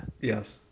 Yes